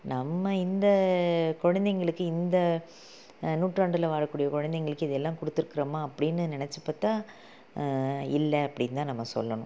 நம்ம இந்த குழந்தைங்களுக்கு இந்த நூற்றாண்டில் வாழக்கூடிய குழந்தைங்களுக்கு இது எல்லாம் கொடுத்திருக்குறோம்மா அப்படின்னு நினச்சிப்பாத்தா இல்லை அப்படின்தான் நம்ம சொல்லணும்